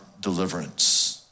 deliverance